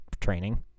training